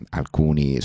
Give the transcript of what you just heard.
alcuni